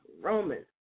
Romans